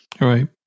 Right